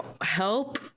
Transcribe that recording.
help